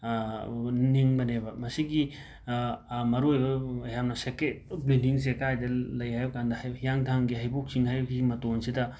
ꯅꯤꯡꯕꯅꯦꯕ ꯃꯁꯤꯒꯤ ꯃꯔꯨꯑꯣꯏꯕ ꯌꯥꯝꯅ ꯁꯦꯀ꯭ꯔꯦꯗ ꯕꯤꯜꯗꯤꯡꯁꯦ ꯀꯥꯏꯗ ꯂꯩ ꯍꯥꯏꯕꯀꯥꯟꯗ ꯍꯤꯌꯥꯡꯊꯥꯡꯒꯤ ꯍꯩꯕꯣꯛ ꯆꯤꯡ ꯍꯥꯏꯔꯤꯕ ꯃꯇꯣꯟꯁꯤꯗ